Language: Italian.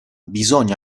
bisogna